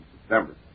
September